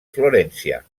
florència